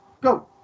go